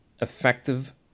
effective